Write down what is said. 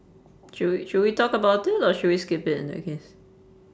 should we should we talk about it or should we skip it in that case